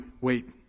wait